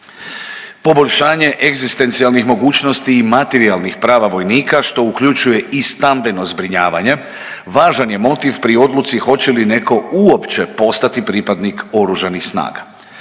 Poboljšanje egzistencijalnih mogućnosti i materijalnih prava vojnika, što uključuje i stambeno zbrinjavanje, važan je motiv pri odluci hoće li neko uopće postati pripadnik Oružanih snaga.